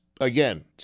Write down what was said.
again